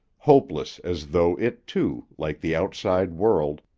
hopeless as though it, too, like the outside world,